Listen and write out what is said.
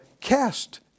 cast